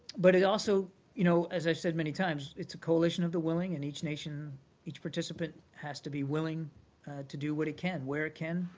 but it also you know as i've said many times, it's coalition of the willing, and each nation each participant has to be willing to do what it can, where it can,